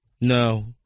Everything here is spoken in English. No